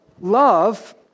love